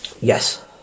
yes